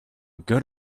good